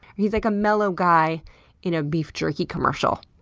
he's like a mellow guy in a beef jerky commercial.